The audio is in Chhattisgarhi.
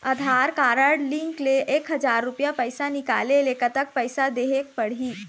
आधार कारड लिंक ले एक हजार रुपया पैसा निकाले ले कतक पैसा देहेक पड़ही?